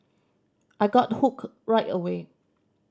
I got hooked right away